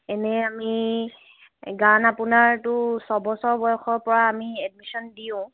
এনে আমি গান আপোনাৰতো ছবছৰ বয়সৰ পৰা আমি এডমিশ্যন দিওঁ